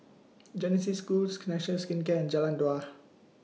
Genesis Schools connection Skin Jalan Dua